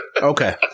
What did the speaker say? Okay